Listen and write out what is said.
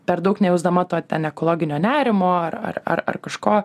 per daug nejausdama to ten ekologinio nerimo ar ar ar kažko